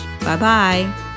Bye-bye